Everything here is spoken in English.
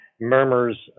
murmurs